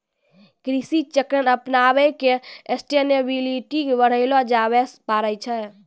कृषि चक्र अपनाय क सस्टेनेबिलिटी बढ़ैलो जाबे पारै छै